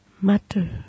matter